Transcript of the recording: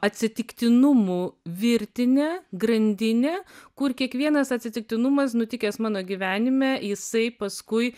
atsitiktinumų virtinė grandinė kur kiekvienas atsitiktinumas nutikęs mano gyvenime jisai paskui